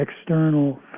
external